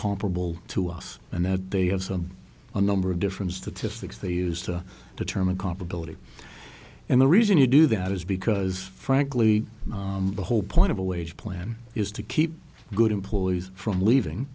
comparable to us and that they have some a number of different statistics they use to determine comp ability and the reason you do that is because frankly the whole point of a wage plan is to keep good employees from leaving